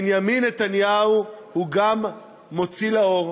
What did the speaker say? בנימין נתניהו הוא גם מוציא לאור.